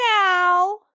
now